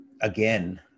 Again